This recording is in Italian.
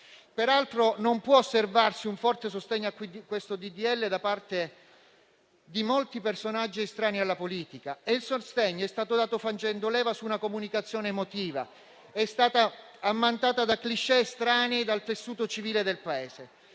Peraltro, non può non osservarsi un forte sostegno a questo disegno di legge da parte di molti personaggi estranei alla politica e il sostegno è stato dato facendo leva su una comunicazione emotiva; è stata ammantata da *cliché* strani dal tessuto civile del Paese;